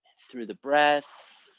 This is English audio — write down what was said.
through the breath,